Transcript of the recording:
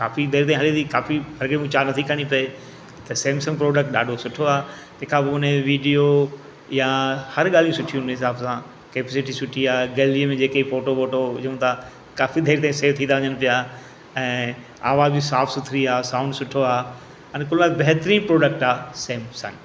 काफ़ी देरि ताईं हले थी काफ़ी तॾहिं मूंखे चार्ज नथी करिणी पए त सैमसंग प्रोडक्ट ॾाढो सुठो आहे तंहिंखां पोइ उन जो वीडियो या हर ॻाल्हियूं सुठीयुनि मुंहिंजे हिसाब सां कैपेसिटी सुठी आहे गैलेरी में जेकी फोटो वोटो विझूं था काफ़ी देरि ताईं सेव थी था वञनि पिया ऐं आवाज़ बि साफ़ु सुथिरी आहे साउंड सुठो आहे अनुकुलात बहितरीनु प्रोडक्ट आहे सैमसंग